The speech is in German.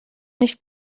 nicht